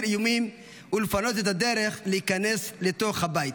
איומים ולפנות את הדרך להיכנס לתוך הבית.